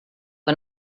que